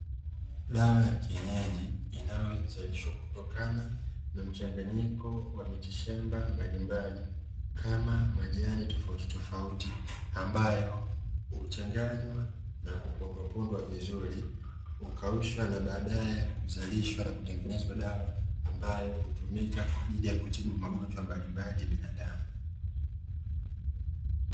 Dawa ya kienyeji inayozalishwa kutokana na mchanganyiko wa miti shamba mbalimbali kama majani tofauti tofauti ambayo huchanganywa na kupondwa pondwa vizuri ukaushwe na baadaye kuzalishwa na kutengeneza dawa ambayo hutumika kwa ajili ya kutibu magonjwa mbalimbali ya binadamu.